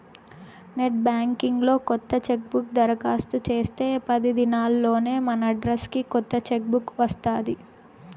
net banking లో కొత్త chequebook దరకాస్తు చేస్తే పది దినాల్లోనే మనడ్రస్కి కొత్త చెక్ బుక్ వస్తాది